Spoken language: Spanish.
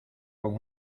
con